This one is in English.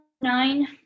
nine